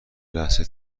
لحظه